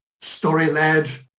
story-led